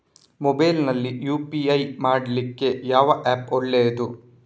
Mobile ನಲ್ಲಿ UPI ಮಾಡ್ಲಿಕ್ಕೆ ಯಾವ ಆ್ಯಪ್ ಒಳ್ಳೇದು?